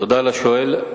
תודה לשואל.